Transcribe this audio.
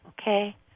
Okay